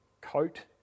coat